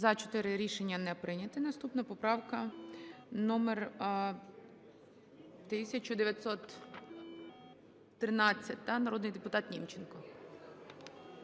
За-4 Рішення не прийнято. Наступна поправка номер 1913, так. Народний депутат Німченко.